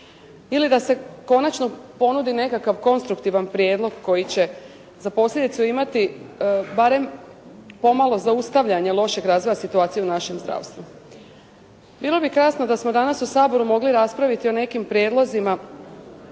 ili da se konačno ponudi nekakav konstruktivan prijedlog koji će za posljedicu imati barem pomalo zaustavljanje lošeg razvoja situacije u našem zdravstvu. Bilo bi krasno da smo danas u Saboru mogli raspraviti o nekim prijedlozima